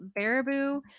baraboo